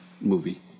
movie